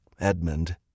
Edmund